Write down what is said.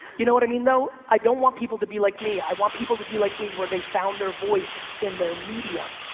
you know what i mean though? i don't want people to be like me. i want people to be like me where they found their voice in their medium.